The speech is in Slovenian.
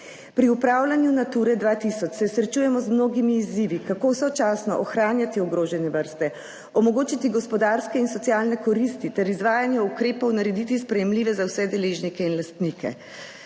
Pri upravljanju Nature 2000, se srečujemo z mnogimi izzivi, kako sočasno ohranjati ogrožene vrste, omogočiti gospodarske in socialne koristi ter izvajanje ukrepov narediti sprejemljive za vse deležnike in lastnike,